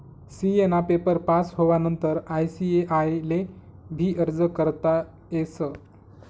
CA ना paper pass होवानंतर ICAI ले भी अर्ज करता येस